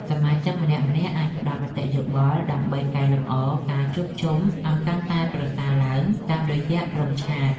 សមាជិកម្នាក់ៗអាចផ្ដល់មតិយោបល់ ដើម្បីកែលម្អការជួបជុំឱ្យកាន់តែប្រសើរឡើងតាមរយៈក្រុមឆាត។